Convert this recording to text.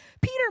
Peter